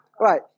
Right